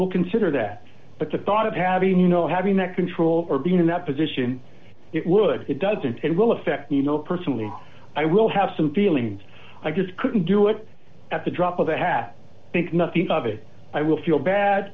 we'll consider that but the thought of having you know having that control or being in that position it would it doesn't it will affect you know personally i will have some feelings i just couldn't do it at the drop of a hat think nothing of it i will feel bad